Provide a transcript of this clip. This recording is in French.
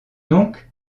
donc